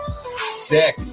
Sick